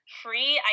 free